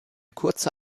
kurze